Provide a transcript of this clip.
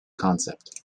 concept